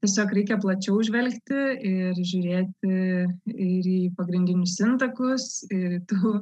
tiesiog reikia plačiau žvelgti ir žiūrėti ir į pagrindinius intakus ir tų